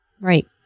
Right